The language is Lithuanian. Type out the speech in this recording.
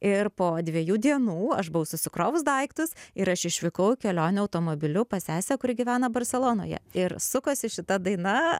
ir po dviejų dienų aš buvau susikrovus daiktus ir aš išvykau į kelionę automobiliu pas sesę kuri gyvena barselonoje ir sukosi šita daina